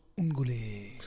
Ungule